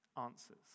answers